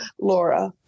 Laura